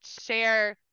share